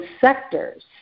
sectors